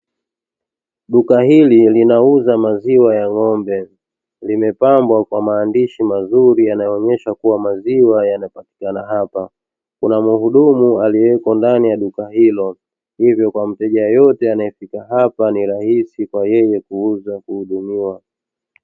Duka hili linauza maziwa ya ng’ombe, limepambwa kwa maandishi mazuri yanayoonyesha kuwa maziwa yanapatikana hapa, kuna mhudumu aliyeko ndani ya duka hilo hivyo kwa mteja yeyote anayepita hapa ni rahisi kwa yeye kuweza kuhudumiwa.